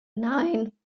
nine